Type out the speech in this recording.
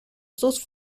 sus